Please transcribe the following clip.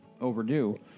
overdue